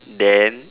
then